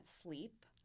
sleep